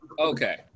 okay